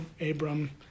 Abram